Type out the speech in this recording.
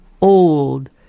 old